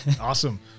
Awesome